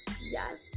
yes